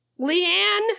Leanne